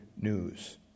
news